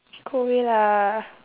go away lah